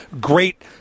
great